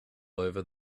over